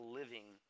living